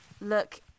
Look